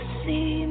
see